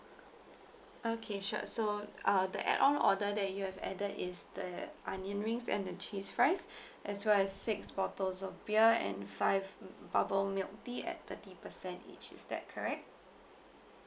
okay sure so uh the add on order that you have added is the onion rings and the cheese fries as well as six bottles of beer and five m~ bubble milk tea at thirty percent each is that correct